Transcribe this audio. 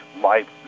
life